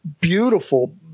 beautiful